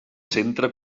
centre